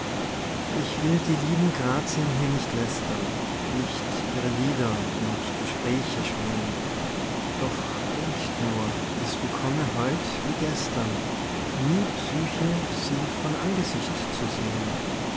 ich will die lieben grazien hier nicht lästern nicht ihre lieder und gespräche schmäh'n doch denkt nur es bekomme heut wie gestern nie psyche sie von angesicht zu seh'n